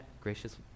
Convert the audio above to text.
Gracious